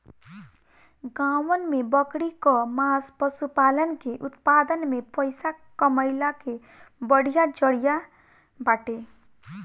गांवन में बकरी कअ मांस पशुपालन के उत्पादन में पइसा कमइला के बढ़िया जरिया बाटे